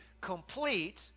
complete